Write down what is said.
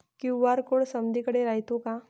QR code समदीकडे रायतो का?